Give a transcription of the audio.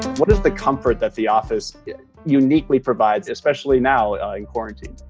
what is the comfort that the office uniquely provides, especially now in quarantine?